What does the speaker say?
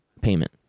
payment